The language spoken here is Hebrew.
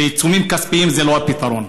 ועיצומים כספיים זה לא הפתרון.